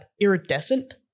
iridescent